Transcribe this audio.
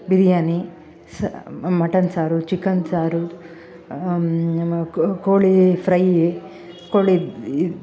ಬಿರಿಯಾನಿ ಸ್ ಮಟನ್ ಸಾರು ಚಿಕನ್ ಸಾರು ಕೋಳಿ ಫ್ರೈ ಕೋಳಿ